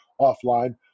offline